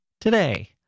today